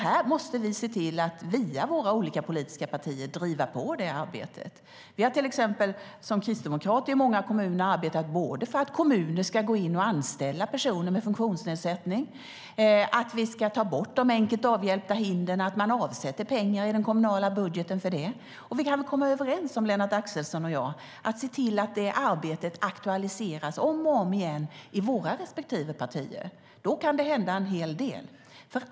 Här måste vi se till att via våra olika politiska partier driva på det arbetet. Vi har till exempel som kristdemokrater i många kommuner arbetat för att kommuner ska gå in och anställa personer med funktionsnedsättning, att vi ska ta bort de enkelt avhjälpta hindren och att man avsätter pengar i den kommunala budgeten för det. Vi kan väl komma överens om, Lennart Axelsson och jag, att se till att det arbetet aktualiseras om och om igen i våra respektive partier. Då kan det hända en hel del.